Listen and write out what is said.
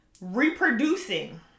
reproducing